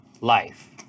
life